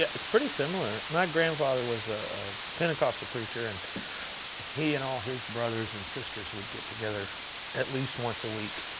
it's pretty similar. my grandfather was a pentecostal preacher. and he and all his brothers and sisters would get together at least once a week